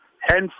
hence